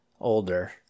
older